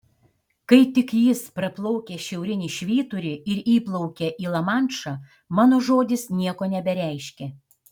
kai tik jis praplaukia šiaurinį švyturį ir įplaukia į lamanšą mano žodis nieko nebereiškia